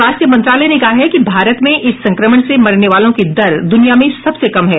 स्वास्थ्य मंत्रालय ने कहा है कि भारत में इस संक्रमण से मरने वालों की दर दुनिया में सबसे कम है